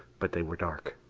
but they were dark,